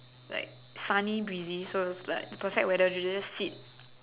like sunny breezy so it was like perfect weather you know you just sit